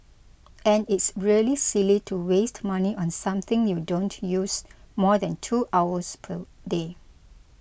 and it's really silly to waste money on something you don't use more than two hours per day